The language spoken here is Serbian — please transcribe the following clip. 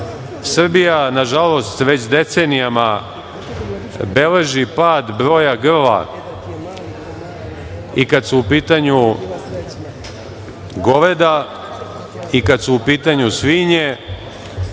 Srbija, nažalost, već decenijama beleži pad broja grla i kada su u pitanju goveda, i kada su u pitanju svinje,